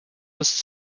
was